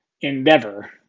endeavor